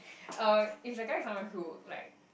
uh if the guy is someone who like